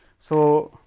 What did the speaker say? so,